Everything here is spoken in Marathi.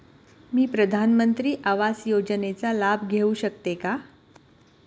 मी प्रधानमंत्री आवास योजनेचा लाभ घेऊ शकते का?